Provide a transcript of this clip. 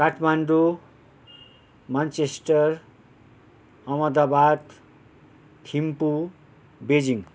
Kathmandu Manchester Ahmedabad Thimphu Beijing